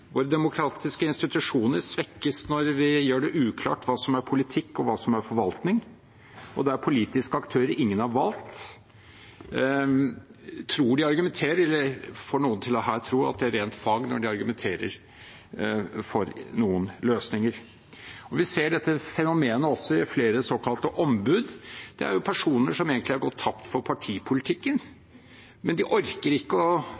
uklart hva som er politikk, og hva som er forvaltning. Dette er politiske aktører ingen har valgt. De får noen her til å tro at det er rent fag når de argumenterer for noen løsninger. Vi ser dette fenomenet også i flere såkalte ombud. Det er jo personer som egentlig har gått tapt for partipolitikken, men de orker ikke å treffe vanlige mennesker, sitte og